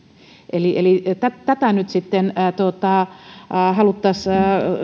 eli eli tätä nyt sitten haluttaisiin